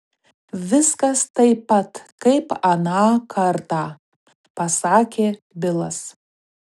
viskas taip pat kaip aną kartą pasakė bilas